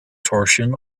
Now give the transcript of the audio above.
torsion